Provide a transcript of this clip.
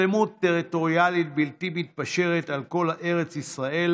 דרך שלמות טריטוריאלית בלתי מתפשרת של כל ארץ ישראל